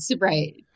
right